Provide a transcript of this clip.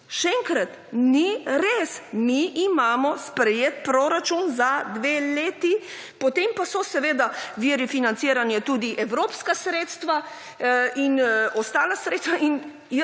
Še enkrat, ni res, mi imamo sprejet proračun za dve leti, potem pa so seveda viri financiranje tudi evropska sredstva in ostala sredstva in